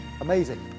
amazing